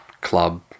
club